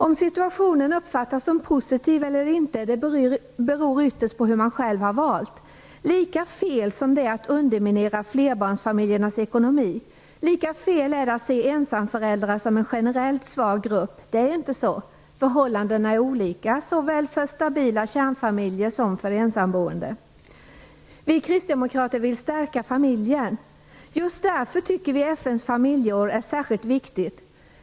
Om situationen uppfattas som positiv eller inte beror ytterst på hur man själv valt. Lika fel som det är att underminera flerbarnsfamiljernas ekonomi, lika fel är det att se ensamföräldrar som en generellt svag grupp. Det är inte så. Förhållandena är olika såväl för stabila kärnfamiljer som för ensamboende. Vi kristdemokrater vill stärka familjen. Just därför tycker vi att FN:s familjeår är särskilt viktigt.